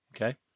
Okay